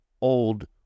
old